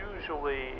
usually